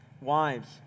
Wives